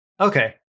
Okay